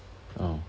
mm